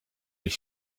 his